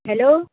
hello